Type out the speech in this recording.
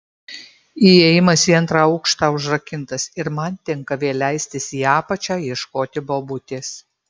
įėjimas į antrą aukštą užrakintas ir man tenka vėl leistis į apačią ieškoti bobutės